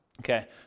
Okay